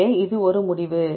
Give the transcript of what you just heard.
எனவே இது ஒரு முடிவு